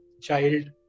child